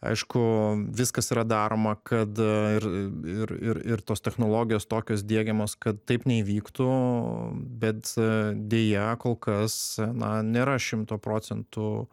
aišku viskas yra daroma kad ir ir ir ir tos technologijos tokios diegiamos kad taip neįvyktų bet deja kol kas na nėra šimto procentų